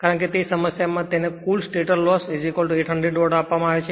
કારણ કે સમસ્યામાં તેને કુલ સ્ટેટર લોસ 800 વોટ આપવામાં આવે છે